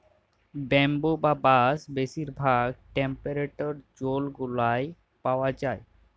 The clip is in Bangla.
ব্যাম্বু বা বাঁশ বেশির ভাগ টেম্পরেট জোল গুলাতে পাউয়া যায়